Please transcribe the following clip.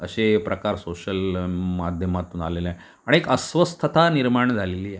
असे प्रकार सोशल माध्यमातून आलेला आहे आणि एक अस्वस्थता निर्माण झालेली आहे